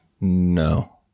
No